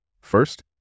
First